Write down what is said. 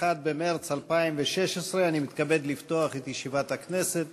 במרס 2016. אני מתכבד לפתוח את ישיבת הכנסת.